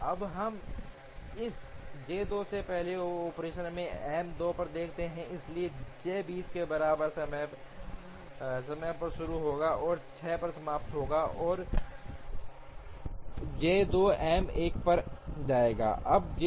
अब हम इस J 2 के पहले ऑपरेशन को M 2 पर देखते हैं इसलिए J 2 0 के बराबर समय पर शुरू होगा और 6 पर समाप्त होगा और 6 J 2 M 1 पर आएगा